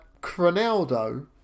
Cronaldo